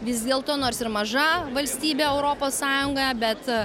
vis dėlto nors ir maža valstybė europos sąjungoje bet